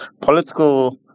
political